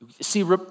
See